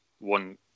one